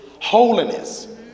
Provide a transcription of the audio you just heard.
holiness